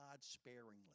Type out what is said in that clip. sparingly